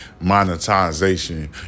monetization